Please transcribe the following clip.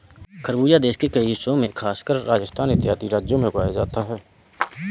खरबूजा देश के कई हिस्सों में खासकर राजस्थान इत्यादि राज्यों में उगाया जाता है